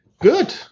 good